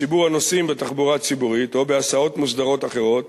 ציבור הנוסעים בתחבורה הציבורית או בהסעות מוסדרות אחרות